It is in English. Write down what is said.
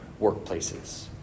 workplaces